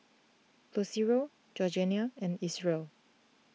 Lucero Georgiana and Isreal